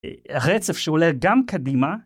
רצף שעולה גם קדימה.